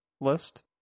list